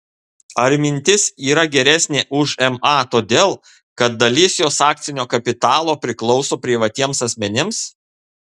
ar mintis yra geresnė už ma todėl kad dalis jos akcinio kapitalo priklauso privatiems asmenims